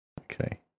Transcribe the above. Okay